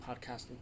podcasting